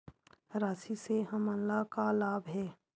राशि से हमन ला का लाभ हे?